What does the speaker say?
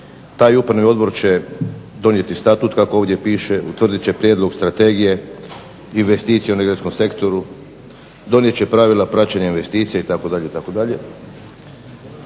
Taj upravni odbor će donijeti statut kako ovdje piše, utvrdit će prijedlog strategije, investicije u energetskom sektoru, donijet će pravila praćenja investicija itd.,